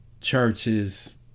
churches